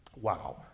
Wow